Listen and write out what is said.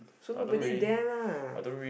so nobody there lah